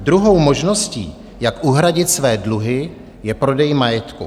Druhou možností, jak uhradit své dluhy, je prodej majetku.